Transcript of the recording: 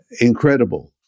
incredible